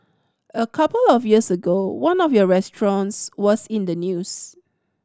a couple of years ago one of your restaurants was in the news